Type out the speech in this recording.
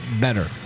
better